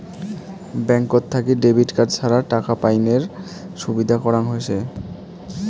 ব্যাঙ্কত থাকি debit card ছাড়া টাকা পাইনের সুবিধা করাং হসে